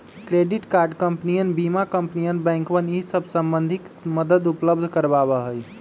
credit card कंपनियन बीमा कंपनियन बैंकवन ई सब संबंधी मदद उपलब्ध करवावा हई